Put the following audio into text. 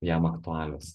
jam aktualios